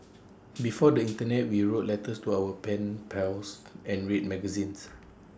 before the Internet we wrote letters to our pen pals and read magazines